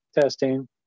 testing